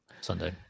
Sunday